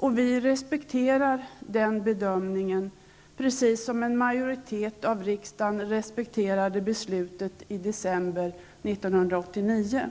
Och vi respekterar den bedömningen, precis som en majoritet av riksdagen respekterade beslutet i december 1989.